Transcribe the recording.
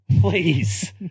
please